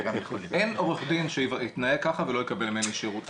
אין עורך דין שיתנהג ככה ולא יקבל ממני שירות,